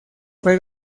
fue